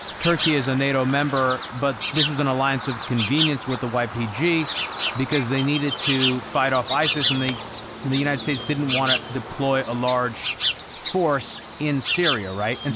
turkey is a nato member, but this was an alliance of convenience with the ypg because they needed to fight off isis and the the united states didn't want to deploy a large force in syria, right? and